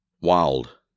wild